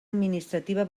administrativa